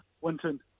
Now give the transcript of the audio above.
Winton